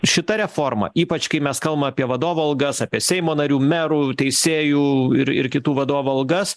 šita reforma ypač kai mes kalbam apie vadovų algas apie seimo narių merų teisėjų ir ir kitų vadovų algas